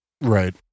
Right